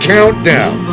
Countdown